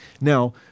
Now